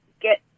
get